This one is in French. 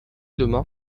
demain